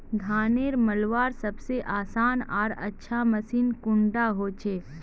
धानेर मलवार सबसे आसान आर अच्छा मशीन कुन डा होचए?